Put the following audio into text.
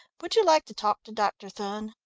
would you like to talk to dr. thun?